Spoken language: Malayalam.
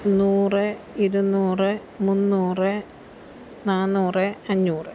നൂറ് ഇരുന്നൂറ് മുന്നൂറ് നാന്നൂറ് അഞ്ഞൂറ്